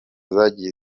zagiye